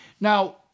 Now